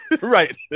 Right